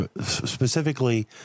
specifically